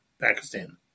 Pakistan